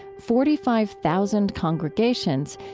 forty five thousand congregations,